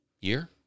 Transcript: year